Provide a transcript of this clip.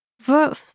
verb